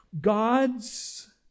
God's